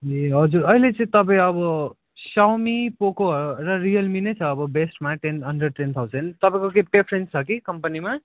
ए हजुर अहिले चाहिँ तपाईँ अब साउमी पोको र रियलमी नै छ अब बेस्टमा टेन अन्डर टेन थाउजन्ड तपाईँको केही प्रिफरेन्स छ कि कम्पनीमा